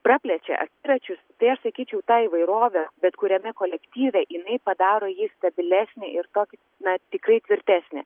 praplečia akiračius tai aš sakyčiau ta įvairovė bet kuriame kolektyve jinai padaro jį stabilesnį ir tokį na tikrai tvirtesnį